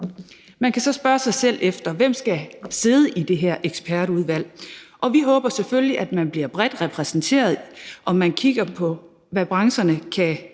Man kan så spørge sig selv, hvem der skal sidde i det her ekspertudvalg, og vi håber selvfølgelig, at det bliver bredt repræsenteret, og at man kigger på, hvad branchen kan bidrage